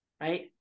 right